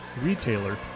retailer